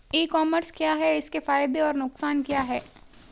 ई commerce क्या है इसके फायदे और नुकसान क्या है?